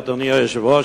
אדוני היושב-ראש,